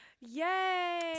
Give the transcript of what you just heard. Yay